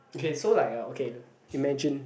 okay so like uh okay imagine